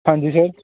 ਹਾਂਜੀ ਸਰ